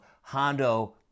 Hondo